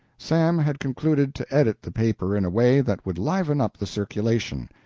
sam had concluded to edit the paper in a way that would liven up the circulation.